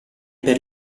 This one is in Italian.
per